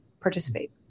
participate